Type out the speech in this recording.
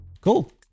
Cool